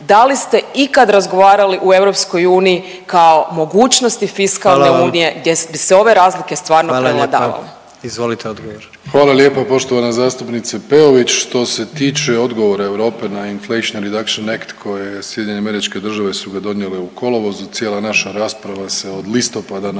Da li ste ikad razgovarali u EU kao mogućnosti fiskalne unije gdje su ove razlike stvarno prevladavale?